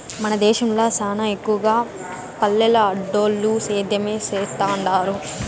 మన దేశంల సానా ఎక్కవగా పల్లెల్ల ఆడోల్లు సేద్యమే సేత్తండారు